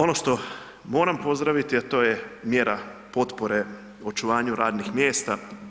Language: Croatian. Ono što moram pozdraviti, a to je mjera potpore očuvanju radnih mjesta.